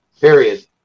Period